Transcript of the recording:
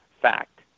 fact